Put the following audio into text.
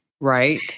Right